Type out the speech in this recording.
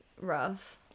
rough